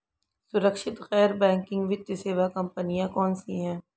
सुरक्षित गैर बैंकिंग वित्त सेवा कंपनियां कौनसी हैं?